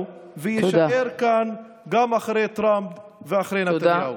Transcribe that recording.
ויישאר כאן גם אחרי טראמפ ואחרי נתניהו.